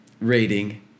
rating